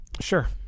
Sure